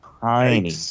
tiny